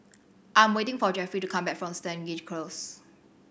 I'm waiting for Jeffie to come back from Stangee Close